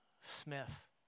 Smith